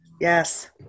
yes